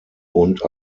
und